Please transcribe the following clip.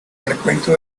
recuento